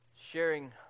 sharing